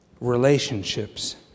Relationships